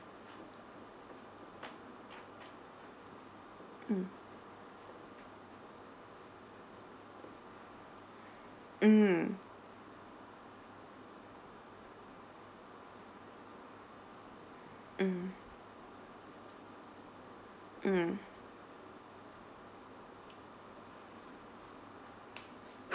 mm mm mm mm